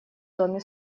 доме